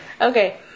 Okay